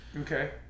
Okay